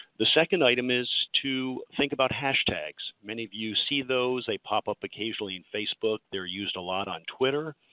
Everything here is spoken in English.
the second item is to think about hashtags. many of you see those, they pop up occasionally in facebook, they are used a lot on twitter.